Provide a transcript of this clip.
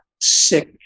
sick